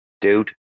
dude